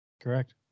Correct